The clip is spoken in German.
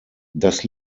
das